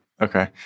Okay